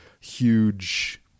huge